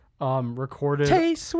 Recorded